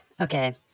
Okay